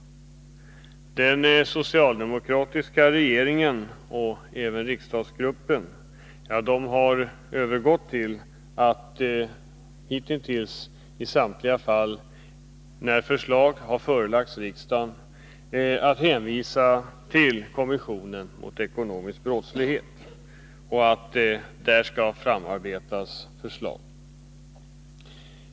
Den nuvarande socialdemokratiska regeringen och riksdagsgruppen har i samtliga fall när förslag har förelagts riksdagen hittills hänvisat till kommissionen mot ekonomisk brottslighet och ansett att där skall framarbetas förslag.